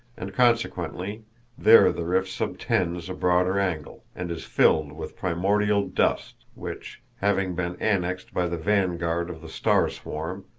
and consequently there the rift subtends a broader angle, and is filled with primordial dust, which, having been annexed by the vanguard of the star-swarm,